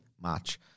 match